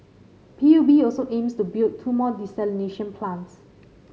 P U B also aims to build two more desalination plants